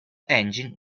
engine